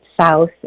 south